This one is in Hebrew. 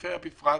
ובפריפריה בפרט,